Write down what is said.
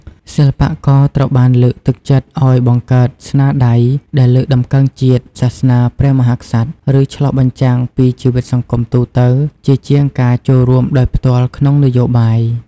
សិល្បករត្រូវបានលើកទឹកចិត្តឱ្យបង្កើតស្នាដៃដែលលើកតម្កើងជាតិ សាសនា ព្រះមហាក្សត្រ ឬឆ្លុះបញ្ចាំងពីជីវិតសង្គមទូទៅ ជាជាងការចូលរួមដោយផ្ទាល់ក្នុងនយោបាយ។